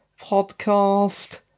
Podcast